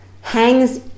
hangs